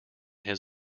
his